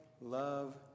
love